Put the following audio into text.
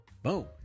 Boom